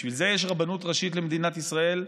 בשביל זה יש רבנות ראשית למדינת ישראל.